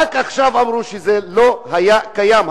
רק עכשיו אמרו שזה לא היה קיים.